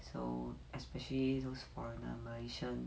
so especially those foreigner malaysian